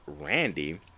Randy